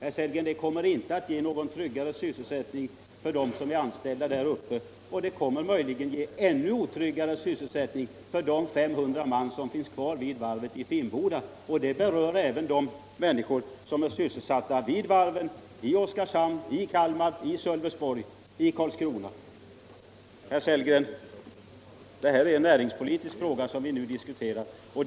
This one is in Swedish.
Detta skulle inte ge någon tryggare sysselsättning för dem som är anställda där uppe, och det skulle möjligen ge en ännu otryggare sysselsättning för de 500 man som finns kvar vid varvet i Finnboda. Detta berör även de människor som är sysselsatta vid varven i Oskarshamn, i Kalmar, i Sölvesborg och 1 Karlskrona. Det här är en näringspolitisk fråga som vi diskuterar, herr Sellgren!